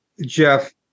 Jeff